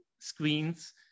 screens